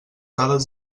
dades